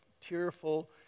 tearful